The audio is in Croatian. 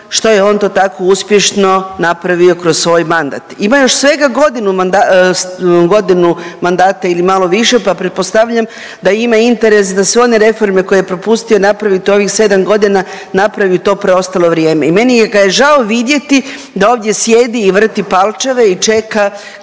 što je on to tako uspješno napravio kroz svoj mandat. Ima još svega godinu mandata ili malo više, pa pretpostavljam da ima interes da sve one reforme koje je propustio napravit u ovih 7.g. napravi u to preostalo vrijeme i meni ga je žao vidjeti da ovdje sjedi i vrti palčeve i čeka